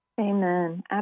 Amen